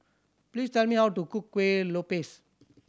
please tell me how to cook Kueh Lopes